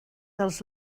dels